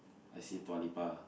I see Dua-Lipa